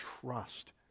trust